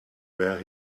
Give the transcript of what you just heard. where